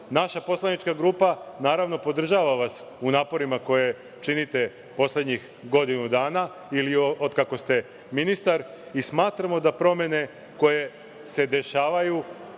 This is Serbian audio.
poslanička grupa naravno, podržava vas u naporima koje činite poslednjih godinu dana, ili od kako ste ministar, i smatramo da promene koje se dešavaju,